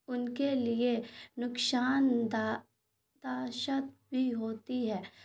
ان کے لیے نقصان دہ داشت بھی ہوتی ہے